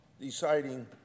deciding